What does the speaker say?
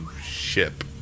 ship